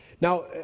Now